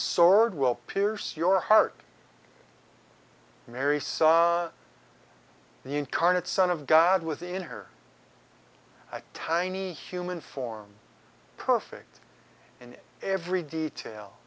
sword will pierce your heart mary said the incarnate son of god within her tiny human form perfect in every detail